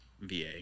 VA